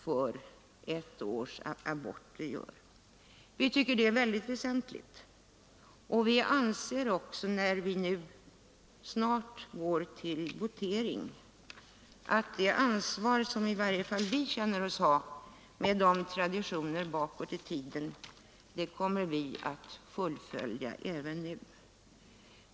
Vi tycker alltså att detta är mycket väsentligt, och när vi nu snart går till votering anser vi att vi med det ansvar vi känner oss ha kommer att även nu fullfölja våra traditioner.